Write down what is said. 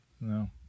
no